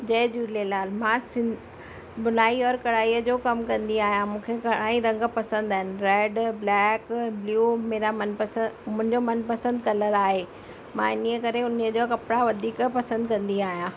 जय झूलेलाल मां सिन बुनाई और कढ़ाईअ जो कम कंदी आहियां मूंखे घणा ई रंग पसंदि आहिनि रैड ब्लैक ब्लू मेरा मनपसंदि मुंहिजो मनपसंदि कलर आहे मां इन ई करे उन ई जो कपिड़ा वधीक पसंदि कंदी आहियां